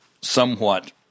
somewhat